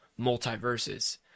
Multiverses